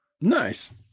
Nice